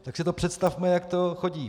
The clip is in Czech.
Tak si to představme, jak to chodí.